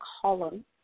column